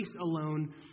alone